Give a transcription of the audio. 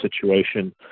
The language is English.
situation